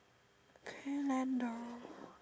calendar